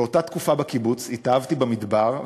באותה תקופה בקיבוץ התאהבתי במדבר,